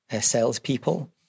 salespeople